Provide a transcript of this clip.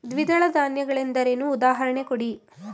ದ್ವಿದಳ ಧಾನ್ಯ ಗಳೆಂದರೇನು, ಉದಾಹರಣೆ ಕೊಡಿ?